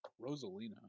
Rosalina